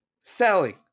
selling